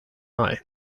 eye